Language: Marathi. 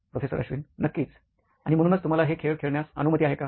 प्रोफेसर अश्विन नक्कीच आणि म्हणूनच तुम्हाला हे खेळ खेळण्यास अनुमति आहे का